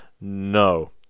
no